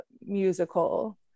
musical